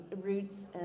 roots